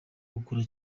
gukora